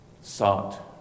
sought